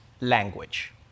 language